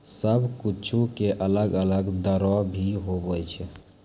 सब कुछु के अलग अलग दरो भी होवै छै